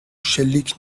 شلیک